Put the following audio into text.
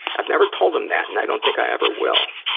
i've never told him that, and i don't think i ever will.